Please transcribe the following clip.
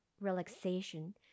relaxation